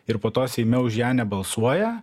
ir po to seime už ją nebalsuoja